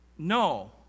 No